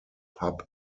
pub